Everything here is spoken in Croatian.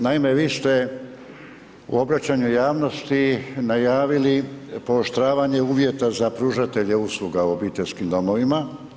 Naime, vi ste u obraćanju javnosti najavili pooštravanje uvjeta za pružatelje usluga u obiteljskim domovima.